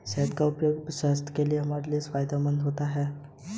नहीं बेटे चिड़िया और चमगादर भी बहुत पहले से परागण करते आए हैं